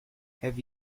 have